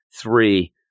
three